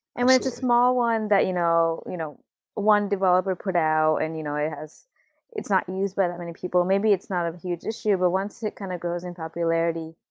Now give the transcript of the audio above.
and when it's a small one that you know you know one developer put out and you know it's not used by that many people, maybe it's not a huge issue, but once it kind of goes in popularity,